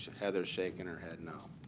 heather's shaking her head no.